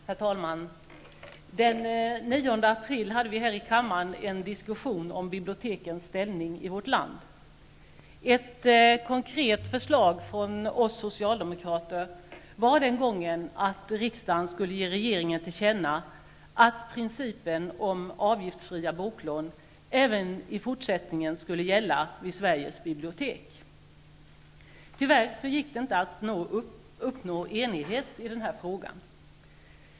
Herr talman! Den 9 april hade vi här i kammaren en diskussion om bibliotekens ställning i vårt land. Ett konkret förslag från oss Socialdemokrater var den gången att riksdagen skulle ge regeringen till känna att principen om avgiftsfria boklån även i fortsättningen skulle gälla vid Sveriges bibliotek. Tyvärr gick det inte att uppnå enighet i den frågan.